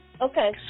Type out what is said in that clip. Okay